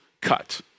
cut